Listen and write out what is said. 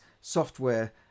software